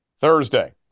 Thursday